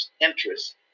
interests